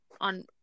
on